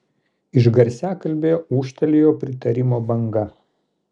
iš garsiakalbio ūžtelėjo pritarimo banga